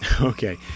Okay